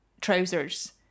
trousers